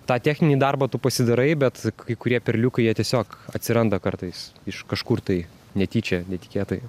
tą techninį darbą tu pasidarai bet kai kurie perliukai jie tiesiog atsiranda kartais iš kažkur tai netyčia netikėtai